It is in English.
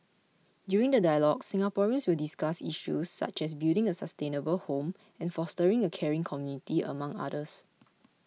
during the dialogues Singaporeans will discuss issues such as building a sustainable home and fostering a caring community among others